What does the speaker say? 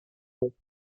bon